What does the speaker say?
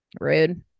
rude